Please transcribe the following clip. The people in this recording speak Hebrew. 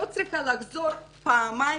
אני לא צריכה לחזור פעמיים,